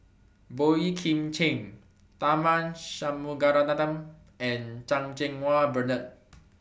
Boey Kim Cheng Tharman Shanmugaratnam and Chan Cheng Wah Bernard